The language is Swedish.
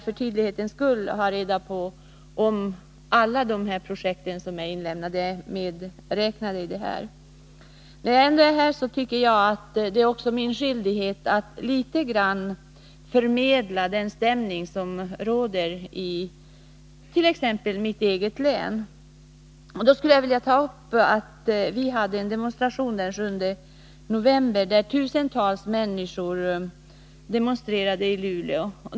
För tydlighetens skull vill jag ha reda på om alla dessa projekt är medräknade. När jag nu ändå står här i talarstolen, tycker jag att det är min skyldighet att litet grand förmedla den stämning som råder i mitt län. Jag vill då ta upp att vi den 7 november hade en demonstration i Luleå där tusentals människor deltog.